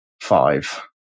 five